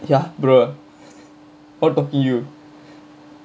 ya bro what talking you